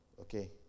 Okay